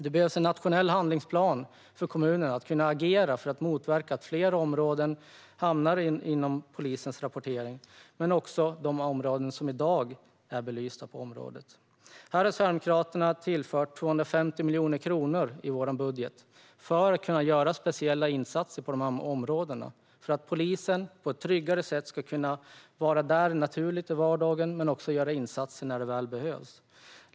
Det behövs en nationell handlingsplan för kommunerna, så att de kan agera för att motverka att fler områden tas upp i polisens rapportering. Men det handlar också om de områden som i dag är belysta. Vi i Sverigedemokraterna har tillfört 250 miljoner kronor i vår budget för att kunna göra speciella insatser i dessa områden, så att polisen på ett tryggare sätt kan vara där naturligt i vardagen men också göra insatser när det väl behövs.